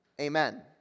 Amen